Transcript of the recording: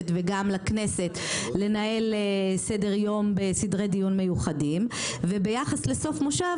וגם לכנסת לנהל סדר יום בסדרי דיון מיוחדים וביחס לסוף מושב,